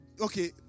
Okay